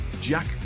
jack